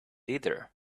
either